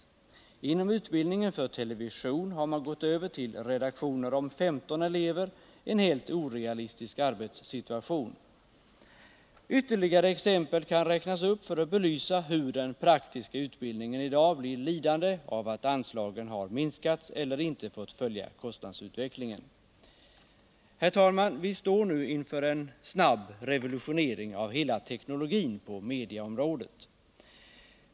Inom Nr 53 utbildningen för television har man gått över till redaktioner om 15 elever — Fredagen den en helt orealistisk arbetssituation. 14 december 1979 Ytterligare exempel kan räknas upp för att belysa hur den praktiska utbildningen i dag blir lidande av att anslagen har minskats eller inte fått följa Om journalistutkostnadsutvecklingen. bildningen vid Herr talman! Vi står nu inför en snabb revolutionering av hela teknologin högskolorna på mediaområdet.